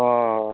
अ